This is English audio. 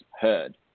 heard